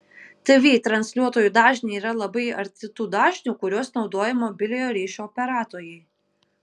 tv transliuotojų dažniai yra labai arti tų dažnių kuriuos naudoja mobiliojo ryšio operatoriai